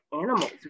animals